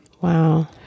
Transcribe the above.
Wow